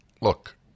look